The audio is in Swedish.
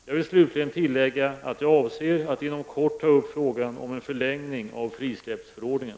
Jag vill slutligen tillägga att jag avser att inom kort ta upp frågan om en förlängning av frisläppsförordningen.